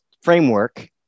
framework